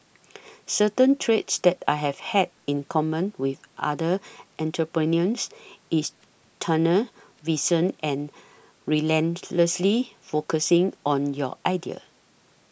certain traits that I have had in common with other entrepreneurs is tunnel vision and relentlessly focusing on your idea